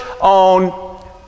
on